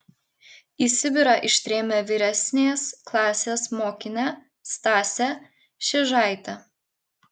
į sibirą ištrėmė vyresnės klasės mokinę stasę šėžaitę